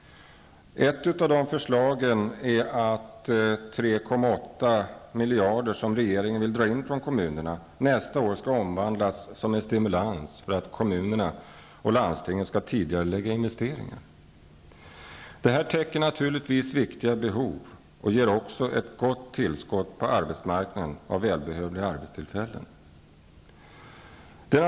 Ett förslag går ut på att de 3,8 miljarder som regeringen vill dra in från kommunerna nästa år omvandlas till en stimulans för att kommuner och landsting skall tidigarelägga investeringar. Det här täcker naturligtvis viktiga behov, och det innebär ett gott tillskott av välbehövliga arbetstillfällen på arbetsmarknaden.